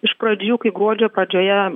iš pradžių kai gruodžio pradžioje